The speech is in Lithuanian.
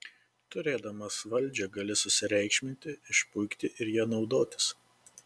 turėdamas valdžią gali susireikšminti išpuikti ir ja naudotis